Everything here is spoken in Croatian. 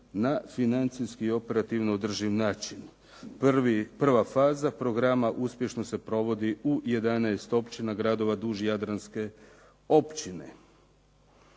na financijski i operativno održiv način. Prva faza programa uspješno se provodi u 11 općina, gradova duž Jadranske općine.